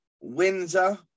Windsor